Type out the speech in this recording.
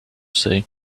say